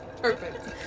Perfect